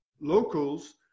locals